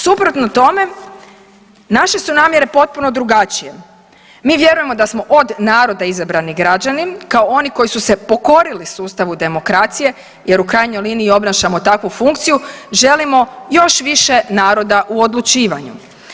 Suprotno tome naše su namjere potpuno drugačije, mi vjerujemo da smo od naroda izabrani građani kao oni koji su se pokorili sustavu demokracije jer u krajnjoj liniji obnašamo takvu funkciju, želimo još više naroda u odlučivanju.